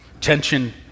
Tension